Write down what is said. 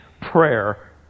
prayer